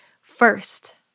first